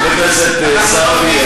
חבר הכנסת סעדי,